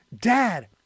Dad